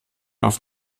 auf